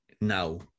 now